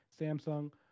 Samsung